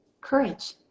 courage